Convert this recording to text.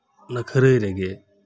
ᱚᱱᱟ ᱠᱷᱟᱹᱨᱟᱹᱭ ᱨᱮᱜᱤ